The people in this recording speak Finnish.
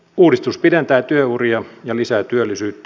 uudistus pidentää työuria ja lisää työllisyyttä